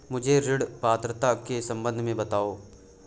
मुझे ऋण पात्रता के सम्बन्ध में बताओ?